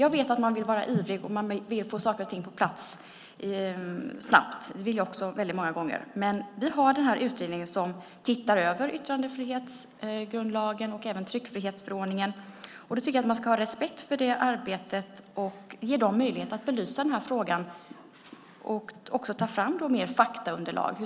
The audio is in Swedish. Jag vet att man är ivrig och vill få saker och ting på plats snabbt. Det vill jag också väldigt många gånger. Den här utredningen tittar över yttrandefrihetsgrundlagen och tryckfrihetsförordningen. Jag tycker att man ska ha respekt för det arbetet och ge dem möjlighet att belysa den här frågan och ta fram mer faktaunderlag.